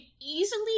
easily